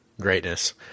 Greatness